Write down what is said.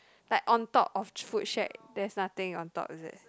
like on top of food shack there's nothing on top is it